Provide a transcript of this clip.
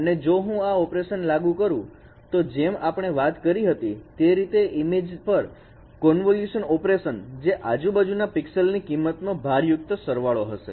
અને જો હું આ ઓપરેશનને લાગુ કરો તો જેમ આપણે વાત કરી હતી તે રીતે આ ઈમેજ પર કોનવોલ્યુશન ઓપરેશન જે આજુબાજુ ના પિક્સેલ ની કિંમત નો ભારયુક્ત સરવાળો હશે